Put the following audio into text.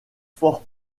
fort